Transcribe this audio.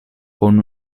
con